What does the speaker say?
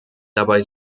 dabei